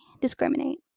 discriminate